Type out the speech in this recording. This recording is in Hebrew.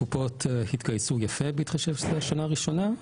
הקופות התגייסו יפה בהתחשב שזה השנה הראשונה.